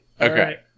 Okay